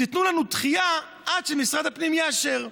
תנו לנו דחייה עד שמשרד הפנים יאשר.